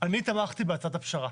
אני תמכתי בהצעת הפשרה